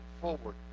forward